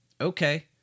okay